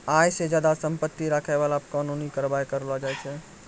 आय से ज्यादा संपत्ति रखै बाला पे कानूनी कारबाइ करलो जाय छै